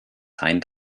sein